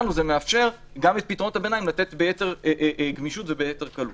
לנו זה מאפשר גם את פתרונות הביניים לתת ביתר גמישות וביתר קלות.